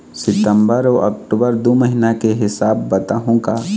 सितंबर अऊ अक्टूबर दू महीना के हिसाब बताहुं का?